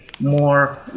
more